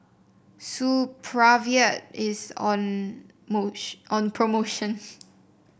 Supravit is on on promotion